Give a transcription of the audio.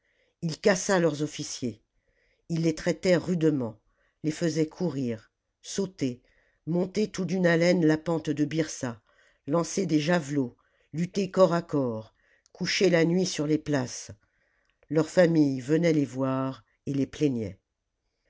ii cassa leurs officiers f il les traitait rudement les faisait courir sauter monter tout d'une haleine la pente de bjrsa lancer des javelots lutter corps à corps coucher la nuit sur les places leurs familles venaient les voir et les plaignaient